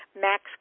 Max